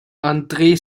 andre